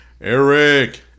Eric